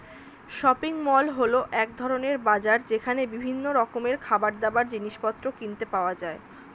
shopping mall হল এক ধরণের বাজার যেখানে বিভিন্ন রকমের খাবারদাবার, জিনিসপত্র কিনতে পাওয়া যায়